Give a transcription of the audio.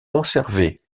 conservé